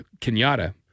Kenyatta